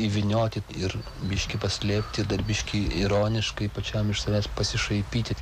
įvynioti ir biškį paslėpti dar biškį ironiškai pačiam iš savęs pasišaipyti